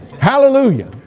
Hallelujah